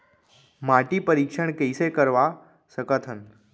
माटी परीक्षण कइसे करवा सकत हन?